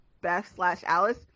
Beth-slash-Alice